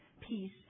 peace